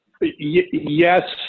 Yes